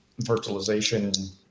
virtualization